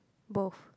both